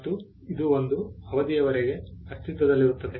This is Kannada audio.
ಮತ್ತು ಇದು ಒಂದು ಅವಧಿಯವರೆಗೆ ಅಸ್ತಿತ್ವದಲ್ಲಿರುತ್ತದೆ